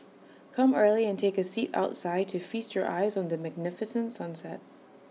come early and take A seat outside to feast your eyes on the magnificent sunset